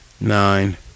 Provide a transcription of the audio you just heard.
nine